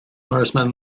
horseman